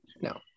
No